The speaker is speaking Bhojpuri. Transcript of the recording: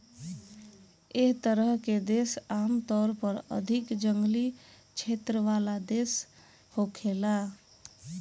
एह तरह के देश आमतौर पर अधिक जंगली क्षेत्र वाला देश होखेला